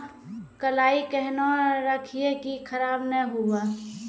कलाई केहनो रखिए की खराब नहीं हुआ?